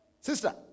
Sister